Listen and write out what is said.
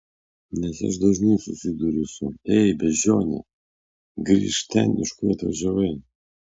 nes aš dažnai susiduriu su ei beždžione grįžk ten iš kur atvažiavai